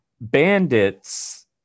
bandits